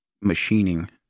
machining